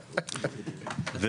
ממשיך,